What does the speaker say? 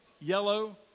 yellow